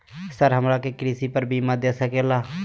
Sir हमरा के कृषि पर बीमा दे सके ला?